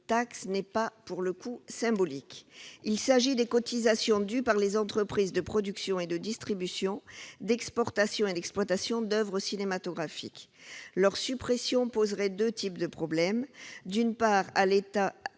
ne sont pas, pour le coup, symboliques. Il s'agit des cotisations dues par les entreprises de production et de distribution, d'exportation et d'exploitation d'oeuvres cinématographiques. Leur suppression poserait deux types de problèmes. D'une part, si,